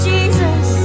Jesus